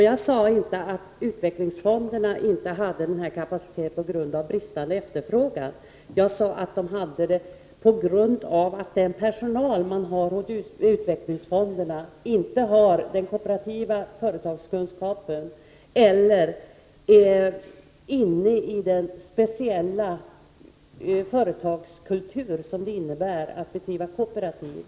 Jag sade inte att utvecklingsfonderna inte hade kapacitet på grund av bristande efterfrågan, utan att det var på grund av att utvecklingsfondernas personal varken har någon kooperativ företagskunskap eller är inne i den speciella företagskultur som det innebär att bedriva kooperativ.